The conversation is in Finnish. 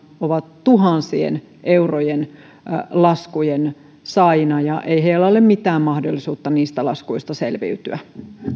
ovat tuhansien eurojen laskujen saajina eikä heillä ole mitään mahdollisuutta niistä laskuista selviytyä